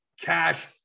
Cash